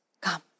come